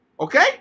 okay